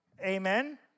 Amen